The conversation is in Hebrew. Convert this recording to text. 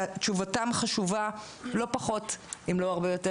תשובתם חשובה לא פחות אם לא הרבה יותר